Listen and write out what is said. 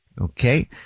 Okay